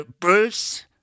Bruce